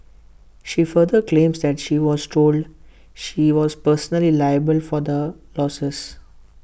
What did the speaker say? she further claims that she was told she was personally liable for the losses